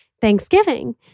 Thanksgiving